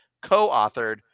co-authored